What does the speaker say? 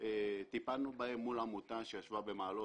טיפלנו בהם מול עמותה שישבה במעלות,